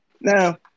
Now